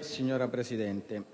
Signora Presidente,